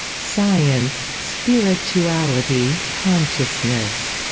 science, spirituality, consciousness,